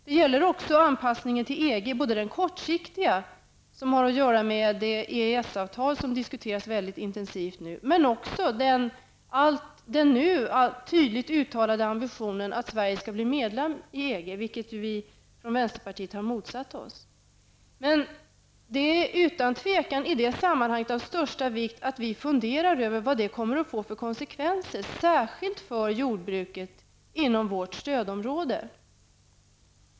Det gäller även anpassningen till EG, både den kortsiktiga anpassning som har att göra med det EES-avtal som diskuteras mycket intensivt nu, och den nu allt tydligare ambitionen att Sverige skall bli medlem i EG. Det har vi i vänsterpartiet motsatt oss. Det är utan tvivel av största vikt i det här sammanhanget att vi funderar över vad det kommer att få för konsekvenser, särskilt för jordbruket inom vårt stödområde.